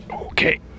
Okay